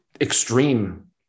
extreme